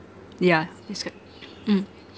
yeah describe mm